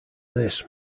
this